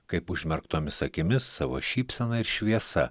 kaip užmerktomis akimis savo šypsena ir šviesa